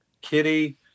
kitty